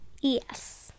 Yes